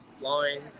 line